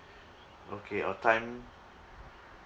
okay or time